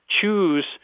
choose